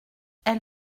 elle